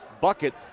bucket